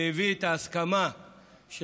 והביא את ההסכמה של